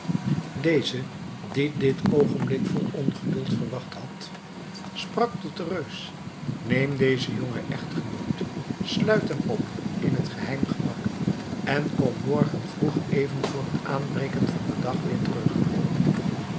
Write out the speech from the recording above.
deze die dit oogenblik vol ongeduld verwacht had sprak tot den reus neem dezen jongen echtgenoot sluit hem op in t geheim gemak en kom morgen vroeg even voor t aanbreken van den dag weer terug